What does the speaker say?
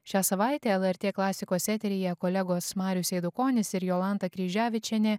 šią savaitę lrt klasikos eteryje kolegos marius eidukonis ir jolanta kryževičienė